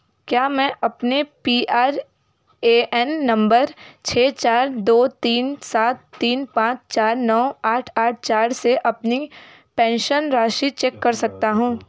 क्या मैं अपने P R A N number छः चार दो तीन सात तीन पाँच चार नौ आठ आठ चार से अपनी पेंशन राशि चेक कर सकता हूँ